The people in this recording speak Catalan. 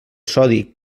sodi